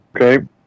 Okay